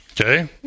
Okay